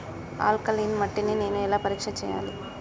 Alkaline మట్టి ని నేను ఎలా పరీక్ష చేయాలి?